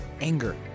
anger